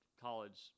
college